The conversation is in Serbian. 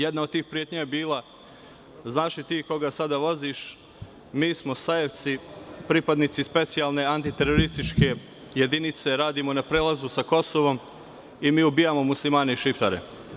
Jedna od tih pretnji je bila – znaš li ti koga sada voziš, mi smo sajevci, pripadnici specijalne antiterorističke jedinice, radimo na prelazu sa Kosovom i mi ubijamo Muslimane i Šiptare.